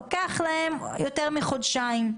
לוקח להם יותר מחודשיים.